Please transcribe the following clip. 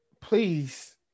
Please